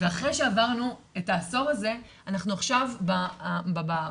ואחרי שעברנו את העשור הזה אנחנו עכשיו במאבק